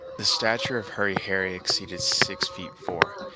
the stature of hurry harry exceeded six feet four,